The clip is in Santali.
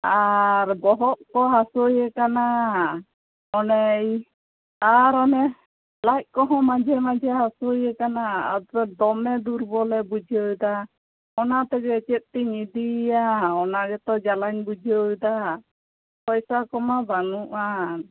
ᱟᱨ ᱵᱚᱦᱚᱜ ᱠᱚ ᱦᱟᱥᱩᱭᱮ ᱠᱟᱱᱟ ᱚᱱᱮ ᱟᱨ ᱚᱱᱮ ᱞᱟᱡ ᱠᱚᱦᱚᱸ ᱢᱟᱡᱷᱮ ᱢᱟᱡᱷᱮ ᱦᱟᱥᱩᱭᱮ ᱠᱟᱱᱟ ᱟᱫᱚ ᱫᱚᱢᱮ ᱫᱩᱨᱵᱚᱞᱮ ᱵᱩᱡᱷᱟᱹᱣ ᱮᱫᱟ ᱚᱱᱟ ᱛᱮᱜᱮ ᱪᱮᱫ ᱛᱤᱧ ᱤᱫᱤᱭᱮᱭᱟ ᱚᱱᱟ ᱜᱮᱛᱚ ᱡᱟᱞᱟᱧ ᱵᱩᱡᱷᱟᱹᱣ ᱮᱫᱟ ᱯᱚᱭᱥᱟ ᱠᱚᱢᱟ ᱵᱟᱹᱱᱩᱜ ᱟᱱ